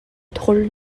drôles